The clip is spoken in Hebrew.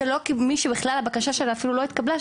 מי שבכלל הבקשה שלה אפילו לא התקבלה,